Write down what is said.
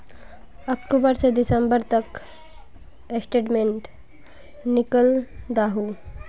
अक्टूबर से दिसंबर तक की स्टेटमेंट निकल दाहू?